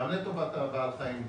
גם לטובת בעל החיים,